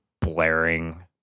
blaring